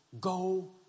go